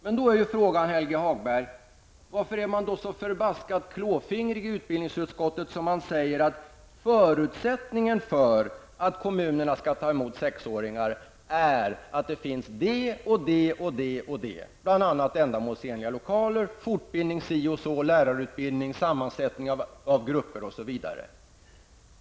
Men då är frågan, Helge Hagberg: Varför är man då i utbildningsutskottet så förbaskat klåfingrig att man säger att förutsättningen för att kommunerna skall ta emot sexåringarna är att det finns det och det, bl.a. ändamålsenliga lokaler, fortbildning si och så, lärarutbildning, sammansättning av grupper, osv.?